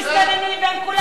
אנחנו מוצאים להם עבודה,